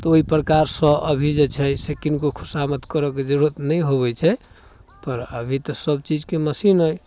तऽ ओहि प्रकारसँ अभी जे छै से किनको खुशामद करऽके जरूरति नहि होबै छै पर अभी तऽ सबचीजके मशीन अइ